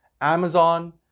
Amazon